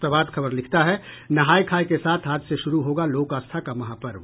प्रभात खबर लिखता है नहाय खाय के साथ आज से शुरू होगा लोक आस्था का महापर्व